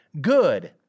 good